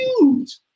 huge